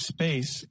Space